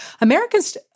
Americans